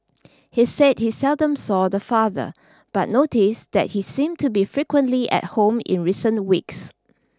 he said he seldom saw the father but noticed that he seemed to be frequently at home in recent weeks